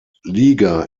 liga